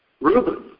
Reuben